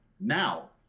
now